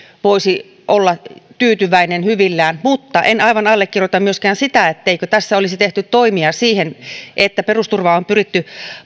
voisi olla tyytyväinen ja hyvillään mutta en aivan allekirjoita myöskään sitä etteikö tässä olisi tehty toimia siinä että perusturvaa on pyritty